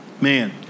Man